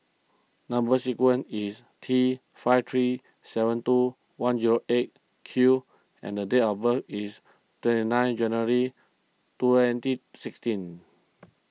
Number Sequence is T five three seven two one eight Q and the date of birth is twenty nine January twenty sixteen